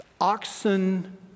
oxen